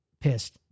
pissed